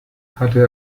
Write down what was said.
hatte